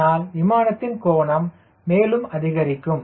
அதனால் விமானத்தின் கோணம் மேலும் அதிகரிக்கும்